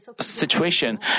situation